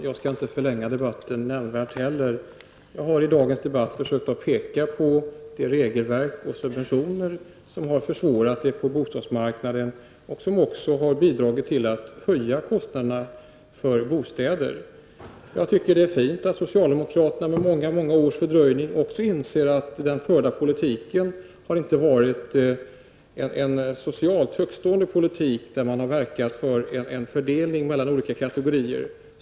Herr talman! Inte heller jag skall nämnvärt förlänga debatten. I dagens debatt har jag försökt att peka på det regelverk och de subventioner som har försvårat situationen på bostadsmarknaden och som också har bidragit till att höja kostnaderna för bostäder. Jag tycker att det är fint att också socialdemokraterna med många års fördröjning inser att den förda politiken inte har varit en socialt tillfredsställande politik med fördelning mellan olika kategorier.